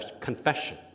confession